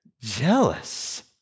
jealous